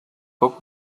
book